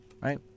right